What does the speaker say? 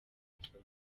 mudasobwa